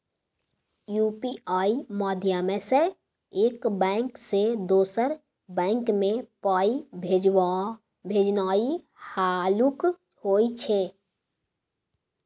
UPI माध्यमसँ एक bank सँ दोसर बैंक मे पाइ भेजनाइ हल्लुक होइ छै